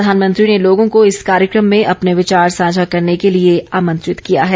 प्रधानमंत्री ने लोगों को इस कार्यक्रम में अपने विचार साझा करने के लिए आमंत्रित किया है